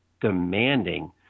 demanding